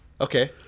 Okay